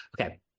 Okay